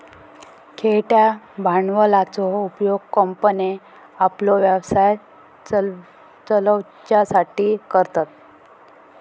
खेळत्या भांडवलाचो उपयोग कंपन्ये आपलो व्यवसाय चलवच्यासाठी करतत